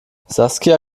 saskia